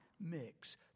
mix